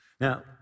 Now